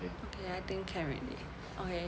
okay I think can already okay